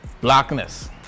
blackness